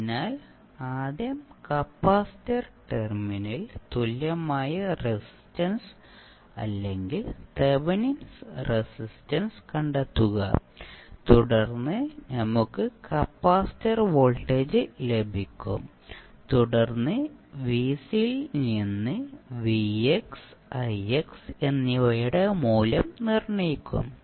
അതിനാൽ ആദ്യം കപ്പാസിറ്റർ ടെർമിനലിൽ തുല്യമായ റെസിസ്റ്റൻസ് അല്ലെങ്കിൽ തെവെനിൻ റെസിസ്റ്റൻസ് കണ്ടെത്തുക തുടർന്ന് നമുക്ക് കപ്പാസിറ്റർ വോൾട്ടേജ് ലഭിക്കും തുടർന്ന് ൽ നിന്ന് എന്നിവയുടെ മൂല്യം നിർണ്ണയിക്കും